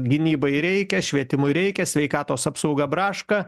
gynybai reikia švietimui reikia sveikatos apsauga braška